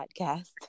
Podcast